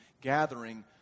gathering